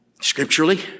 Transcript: Scripturally